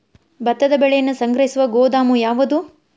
ಭತ್ತದ ಬೆಳೆಯನ್ನು ಸಂಗ್ರಹಿಸುವ ಗೋದಾಮು ಯಾವದು?